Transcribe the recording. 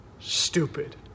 stupid